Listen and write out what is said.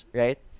right